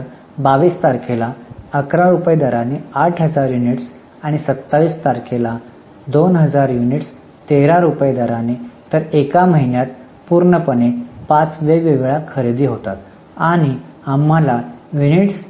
त्यानंतर २२ तारखेला 11 रुपये दराने 8000 युनिट्स आणि 27 तारखेला २००० युनिट्स 13 रुपये दरानेतर एका महिन्यात पूर्णपणे पाच वेगवेगळ्या खरेदी होतात आणि आम्हाला युनिट्स